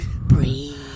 breathe